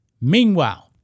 Meanwhile